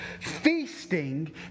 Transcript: feasting